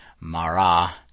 Marah